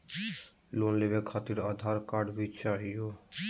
Loan लेवे खातिरआधार card भी चाहियो?